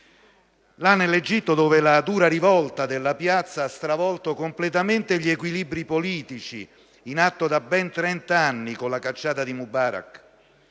alcuni - dove la dura rivolta della piazza ha stravolto completamente gli equilibri politici in atto da ben 30 anni, con la cacciata di Mubarak